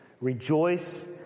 Rejoice